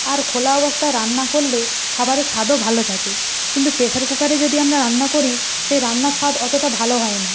আর খোলা অবস্থায় রান্না করলে খাবারের স্বাদও ভালো থাকে কিন্তু প্রেসার কুকারে যদি আমরা রান্না করি সেই রান্নার স্বাদ অতটা ভালো হয় না